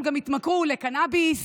הם גם התמכרו לקנביס,